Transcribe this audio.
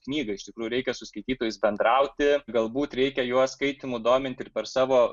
knygą iš tikrųjų reikia su skaitytojais bendrauti galbūt reikia juos skaitymu dominti ir per savo